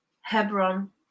Hebron